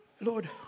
Lord